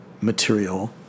material